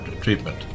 treatment